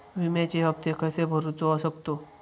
विम्याचे हप्ते कसे भरूचो शकतो?